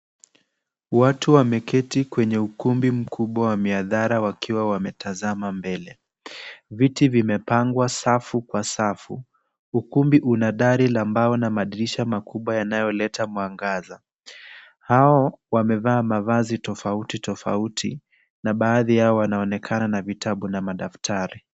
Watu wameketi kwenye ukumbi mkubwa wa mihadhara wakiwa umetazama mbele. Viti vimepangwa safu kwa safu. Ukumbi una dari la mbao na madirisha makubwa yanayoleta mwangaza. Hao wamevaa mavazi tofauti tofauti na baadhi yao wanaonekana na vitabu na madaktari.